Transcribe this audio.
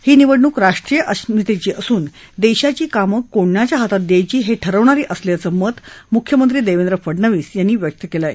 ही निवडणूक राष्ट्रीय अस्मितेची असून देशाची कामं कोणाच्या हातात द्यायची हे ठरवणारी असल्याचं मत मुख्यमंत्री देवेंद्र फडनवीस यांनी व्यक्त केलं आहे